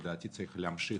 לדעתי, צריך להמשיך